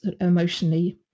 emotionally